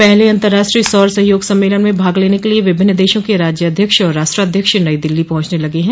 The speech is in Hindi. पहले अंतर्राष्ट्रीय सौर सहयोग सम्मेलन में भाग लेने के लिए विभिन्न देशों के राज्याध्यक्ष और राष्ट्राध्यक्ष नई दिल्ली पहुंचने लगे हैं